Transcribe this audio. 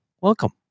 Welcome